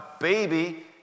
baby